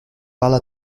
parles